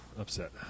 upset